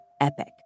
epic